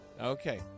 Okay